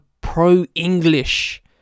pro-English